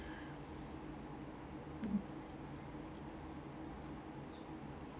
mm